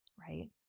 right